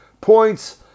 points